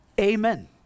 Amen